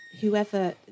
whoever